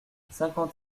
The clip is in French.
cinquante